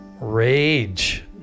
rage